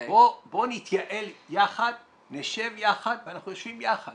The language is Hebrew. בואו נתייעל יחד, נשב יחד, ואנחנו יושבים יחד